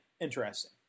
Interesting